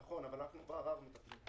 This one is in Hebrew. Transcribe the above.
נכון, אבל אנחנו בערר מטפלים.